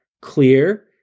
Clear